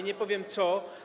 Nie powiem co.